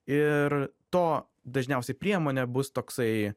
ir to dažniausiai priemone bus toksai